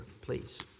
please